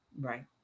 Right